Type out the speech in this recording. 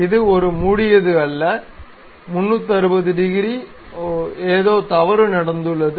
இது ஒரு மூடியது அல்ல 360 டிகிரி ஓ ஏதோ தவறு நடந்துள்ளது